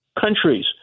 countries